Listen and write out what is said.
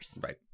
right